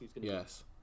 Yes